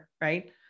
right